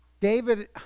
David